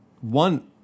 one